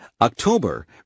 October